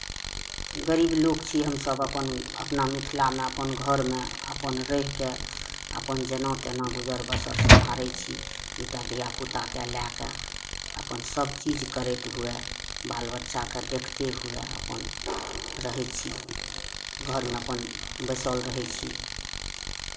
गरीब लोक छी हमसभ अपन अपना मिथिलामे अपन घरमे अपन रहि कऽ अपन जेना तेना गुजर बसर सम्हारै छी दू टा धियापुताकेँ लए कऽ अपन सभचीज करैत हुए बाल बच्चाकेँ देखते हुए अपन रहै छी घरमे अपन बैसल रहै छी